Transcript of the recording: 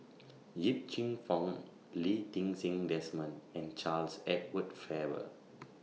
Yip Cheong Fun Lee Ti Seng Desmond and Charles Edward Faber